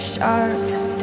Sharks